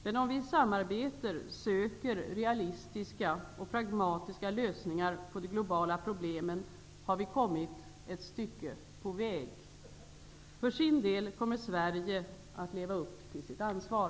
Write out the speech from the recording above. Men om vi i samarbete söker realistiska och pragmatiska lösningar på de globala problemen har vi kommit ett stycke på väg. För sin del kommer Sverige att leva upp till sitt ansvar.